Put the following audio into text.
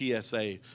PSA